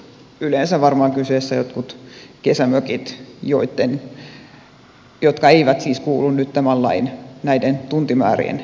yleensä varmaan kyseessä ovat jotkut kesämökit jotka eivät siis kuulu nyt tämän lain näiden tuntimäärien pariin